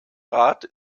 rat